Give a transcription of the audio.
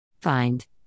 Find